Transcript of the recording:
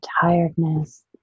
tiredness